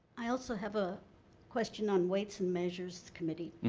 i also have a question on weights and measures committee.